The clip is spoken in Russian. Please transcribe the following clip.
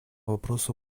вопросу